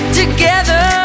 together